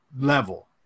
level